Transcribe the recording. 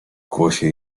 głosie